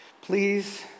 Please